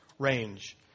range